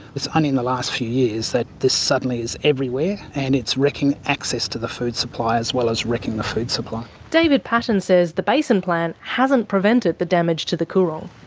it's only and in the last few years that this suddenly is everywhere and it's wrecking access to the food supply, as well as wrecking the food supply. david paton says the basin plan hasn't prevented the damage to the coorong.